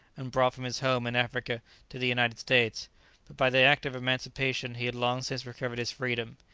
and brought from his home in africa to the united states but by the act of emancipation he had long since recovered his freedom.